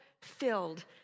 filled